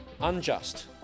unjust